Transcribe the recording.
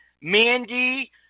Mandy